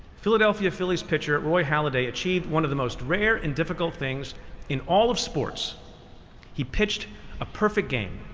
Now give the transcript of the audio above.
philadelphia phillies pitcher roy halladay achieved one of the most rare and difficult things in all of sports he pitched a perfect game.